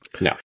No